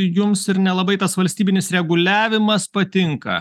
jums ir nelabai tas valstybinis reguliavimas patinka